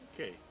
Okay